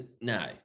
No